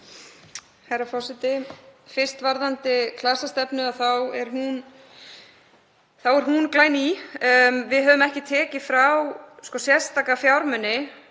Herra forseti. Varðandi klasastefnuna þá er hún glæný. Við höfum ekki tekið frá sérstaka fjármuni